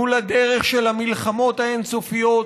מול הדרך של המלחמות האין-סופיות,